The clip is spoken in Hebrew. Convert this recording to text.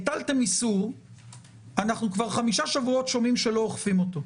הטלתם איסור ואנחנו כבר חמישה שבועות שומעים שלא אוכפים אותו.